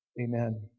Amen